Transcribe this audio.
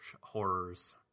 Horrors